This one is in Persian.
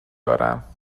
دارم